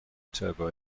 turbo